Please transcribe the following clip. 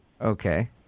okay